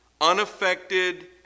unaffected